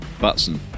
butson